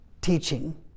teaching